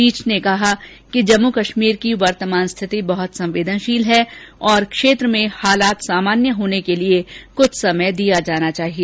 पीठ ने कहा कि जम्मू कश्मीर की वर्तमान स्थिति बहुत संवेदनशील है और क्षेत्र में हालांत सामान्य होने के लिए कुछ समय दिया जाना चाहिए